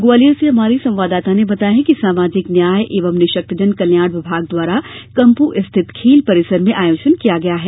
ग्वालियर से हमारे संवाददाता ने बताया है कि सामाजिक न्याय एवं निःशक्तजन कल्याण विभाग द्वारा कम्पू स्थित खेल परिसर में आयोजन किया गया है